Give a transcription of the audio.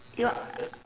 your